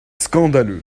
scandaleux